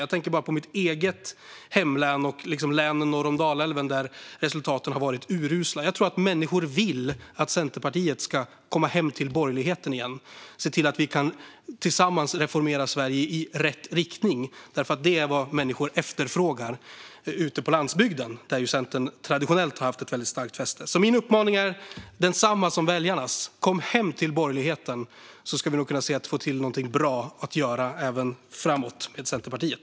Jag tänker på mitt eget hemlän och länen norr om Dalälven där resultaten har varit urusla. Jag tror att människor vill att Centerpartiet ska komma hem till borgerligheten igen och se till att vi tillsammans kan reformera Sverige i rätt riktning. Det är vad människor efterfrågar ute på landsbygden där Centern traditionellt har haft ett starkt stöd. Min uppmaning är alltså densamma som väljarnas: Kom hem till borgerligheten, så ska vi nog kunna göra något bra även framåt med Centerpartiet.